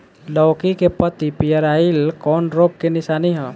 लौकी के पत्ति पियराईल कौन रोग के निशानि ह?